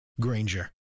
Granger